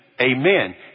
amen